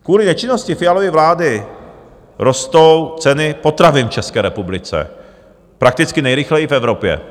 Kvůli nečinnosti Fialovy vlády rostou ceny potravin v České republice prakticky nejrychleji v Evropě.